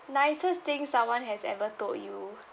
nicest thing someone has ever told you